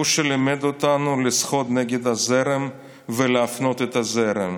הוא שלימד אותנו לשחות נגד הזרם ולהפנות את הזרם